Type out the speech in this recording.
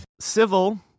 Civil